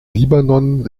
libanon